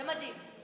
זה מדהים.